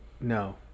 no